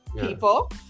people